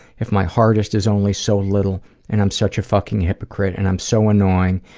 if my hardest is only so little and i'm such a fucking hypocrite and i'm so annoying,